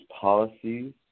policies